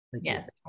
yes